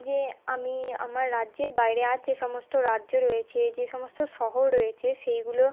যে আমি আমার রাজ্যের বাইরে আর যে সমস্ত রাজ্য রয়েছে যে সমস্ত শহর রয়েছে সেইগুলো